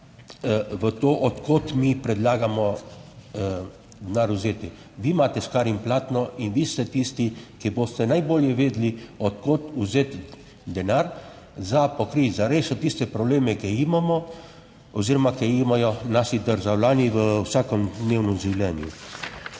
v to, od kod mi predlagamo denar vzeti; vi imate škarje in platno in vi ste tisti, ki boste najbolje vedeli, od kod vzeti denar za pokriti zares, so tiste probleme, ki jih imamo oziroma ki jih imajo naši državljani v vsakodnevnem življenju.